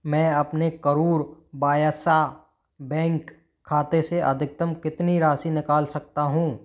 मैं अपने करूर व्यस्य बैंक खाते से अधिकतम कितनी राशि निकाल सकता हूँ